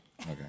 Okay